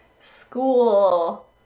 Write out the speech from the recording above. school